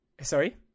Sorry